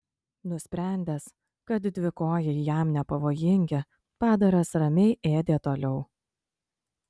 nusprendęs kad dvikojai jam nepavojingi padaras ramiai ėdė toliau